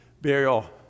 burial